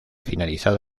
finalizado